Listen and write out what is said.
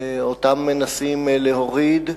אותם מנסים להוריד,